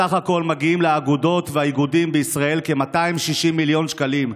בסך הכול מגיעים לאגודות והאיגודים בישראל כ-260 מיליון שקלים.